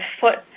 foot